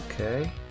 Okay